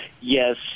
yes